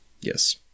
Yes